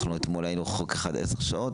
אתמול היינו על חוק אחד עשר שעות,